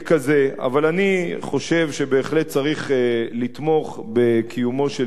אני חושב שבהחלט צריך לתמוך בקיומו של דיון פתוח,